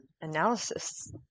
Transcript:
analysis